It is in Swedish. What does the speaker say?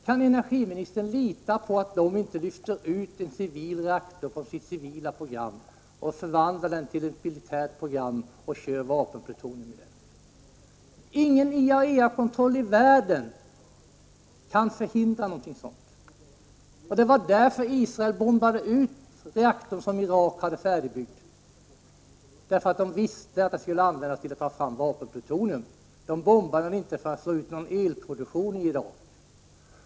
Kan energiministern lita på att Sydkorea inte lyfter ut en reaktor från sitt civila program och förvandlar den till ett militärt program och kör vapenplutonium i den? Ingen IAEA-kontroll i världen kan förhindra något sådant. Det var därför som Israel bombade ut den reaktor som Irak hade färdigbyggd. Israel visste att den skulle användas till att ta fram vapenplutonium. Man bombade den inte för att slå ut någon elproduktion i Irak.